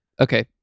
Okay